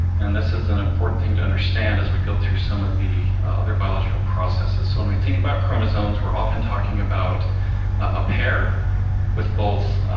and this is an important thing to understand as we go through some of the other biological processes. so when we think about chromosomes, we're often talking about a pair with both